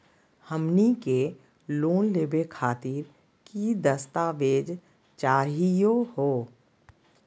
हमनी के लोन लेवे खातीर की की दस्तावेज चाहीयो हो?